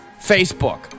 Facebook